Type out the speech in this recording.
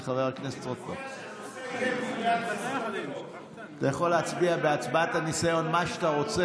אתה יכול להצביע בהצבעת הניסיון מה שאתה רוצה,